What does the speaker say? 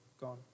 gone